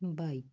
bike